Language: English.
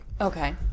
Okay